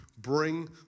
bring